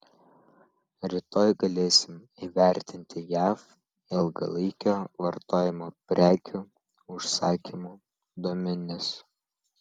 rytoj galėsime įvertinti jav ilgalaikio vartojimo prekių užsakymų duomenis